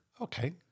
Okay